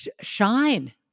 shine